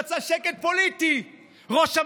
הצבעתי כבר פעמיים, לעירייה ואפילו לראשות